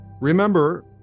Remember